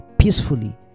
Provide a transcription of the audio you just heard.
peacefully